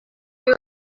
you